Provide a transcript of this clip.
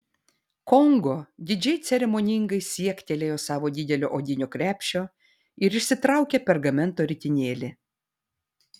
kongo didžiai ceremoningai siektelėjo savo didelio odinio krepšio ir išsitraukė pergamento ritinėlį